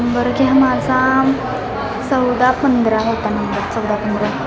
number घ्या माझा चौदा पंधरा होता नंबर चौदा पंधरा